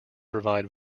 provide